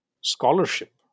scholarship